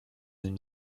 nim